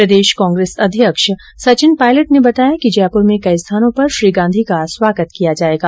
प्रदेष कांग्रेस अध्यक्ष सचिन पायलट ने बताया कि जयपुर में कई स्थानों पर श्री गांधी का स्वागत किया जाएगा